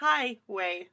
Highway